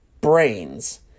brains